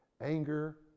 anger